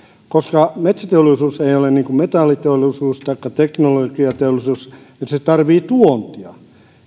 koska metsäteollisuus ei ei ole niin kuin metalliteollisuus taikka teknologiateollisuus ne tarvitsevat tuontia